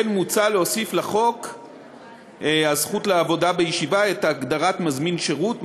כן מוצע להוסיף לחוק הזכות לעבודה בישיבה את הגדרת מזמין שירות,